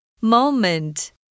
Moment